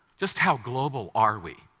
just how global are we?